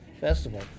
festival